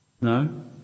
No